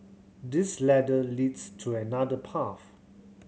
this ladder leads to another path